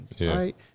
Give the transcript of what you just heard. right